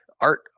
art